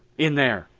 in there.